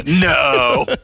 no